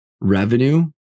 revenue